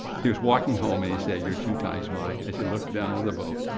he was walking home and he said, you're two times mine. as he looked down at the boat,